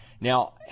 Now